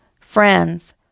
friends